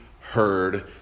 heard